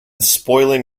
spoiling